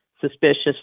suspicious